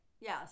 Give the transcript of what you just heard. Yes